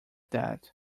that